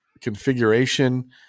configuration